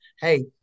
Hey